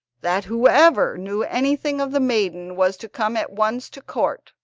that whoever knew anything of the maiden was to come at once to court.